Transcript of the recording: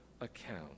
account